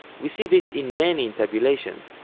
we see this in many intabulations,